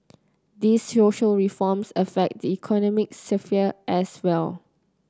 these social reforms affect the economic sphere as well